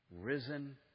risen